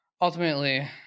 ultimately